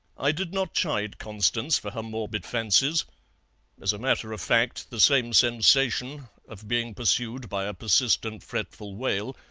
i did not chide constance for her morbid fancies as a matter of fact the same sensation, of being pursued by a persistent fretful wail,